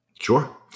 Sure